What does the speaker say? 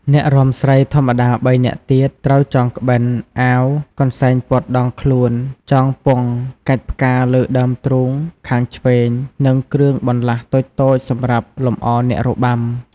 អ្នករាំស្រីធម្មតា៣នាក់ទៀត ត្រូវចងក្បិន អាវ កន្សែងព័ត្ធដងខ្លួនចងពង់កាច់ផ្កាលើដើមទ្រូងខាងឆ្វេង និងគ្រឿងបន្លាស់តូចៗសម្រាប់លម្អអ្នករបាំ។